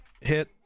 hit